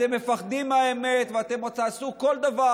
אתם מפחדים מהאמת, ואתם עוד תעשו כל דבר.